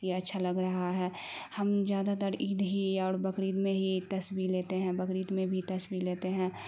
یہ اچھا لگ رہا ہے ہم زیادہ تر عید ہی اور بقرید میں ہی تصویر لیتے ہیں بقرید میں بھی تصویر لیتے ہیں